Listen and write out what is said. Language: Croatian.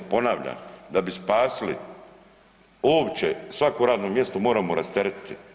Ponavljam da bi spasili uopće svako radno mjesto moramo rasteretiti.